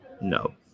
No